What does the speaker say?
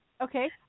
Okay